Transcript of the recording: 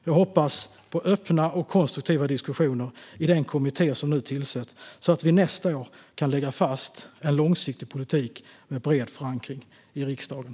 Jag hoppas på öppna och konstruktiva diskussioner i den kommitté som nu tillsätts, så att vi nästa år kan lägga fast en långsiktig politik med bred förankring i riksdagen.